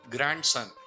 Grandson